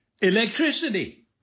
Electricity